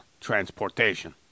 transportation